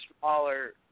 smaller